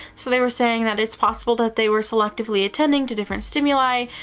so, they were saying that it's possible that they were selectively attending to different stimuli,